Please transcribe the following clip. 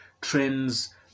trends